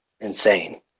insane